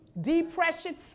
depression